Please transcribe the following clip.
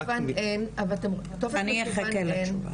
טופס מקוון אין, אבל -- אני יחכה לתשובה.